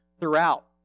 throughout